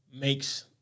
makes